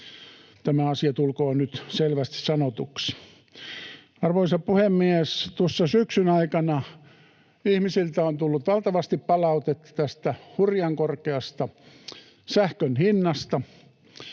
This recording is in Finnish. Tämä asia tulkoon nyt selvästi sanotuksi. Arvoisa puhemies! Syksyn aikana ihmisiltä on tullut valtavasti palautetta tästä hurjan korkeasta sähkön hinnasta.